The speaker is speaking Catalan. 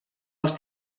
els